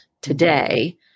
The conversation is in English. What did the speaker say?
today